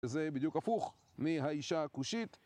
וזה בדיוק הפוך מהאישה הכושית.